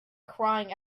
crying